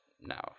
now